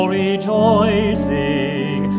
rejoicing